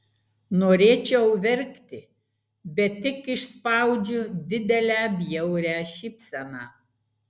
norėčiau verkti bet tik išspaudžiu didelę bjaurią šypseną